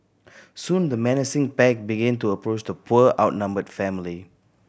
soon the menacing pack begin to approach the poor outnumbered family